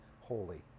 holy